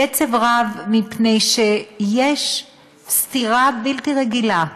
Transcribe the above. בעצב רב, מפני שיש סתירה בלתי רגילה בין,